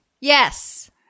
Yes